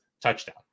touchdown